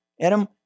Adam